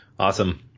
Awesome